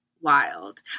wild